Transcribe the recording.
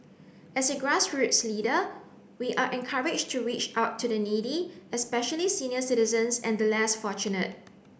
as a grassroots leader we are encouraged to reach out to the needy especially senior citizens and the less fortunate